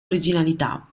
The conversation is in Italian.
originalità